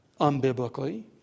unbiblically